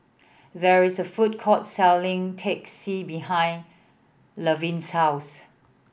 there is a food court selling Teh C behind Levin's house